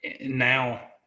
now